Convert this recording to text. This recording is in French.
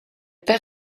perd